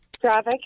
Traffic